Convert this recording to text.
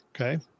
Okay